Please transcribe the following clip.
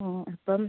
അപ്പം